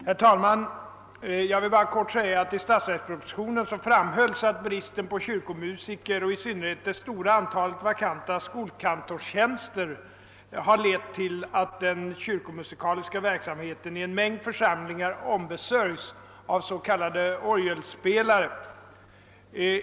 Herr talman! Jag vill bara helt kort säga att det i statsverkspropositionen framhölls att bristen på kyrkomusiker och i synnerhet det stora antalet vakanta skolkantorstjänster lett till att den kyrkomusikaliska verksamheten i en mängd församlingar ombesörjes av s.k. orgelspelare.